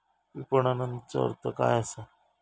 विपणनचो अर्थ काय असा?